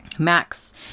Max